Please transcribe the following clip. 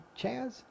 Chaz